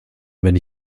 wenn